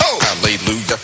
hallelujah